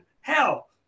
hell